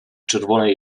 czerwonej